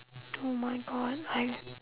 oh my god I